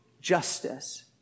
justice